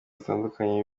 zitandukanye